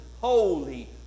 holy